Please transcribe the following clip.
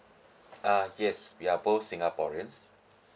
ah yes we are both singaporeans